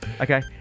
Okay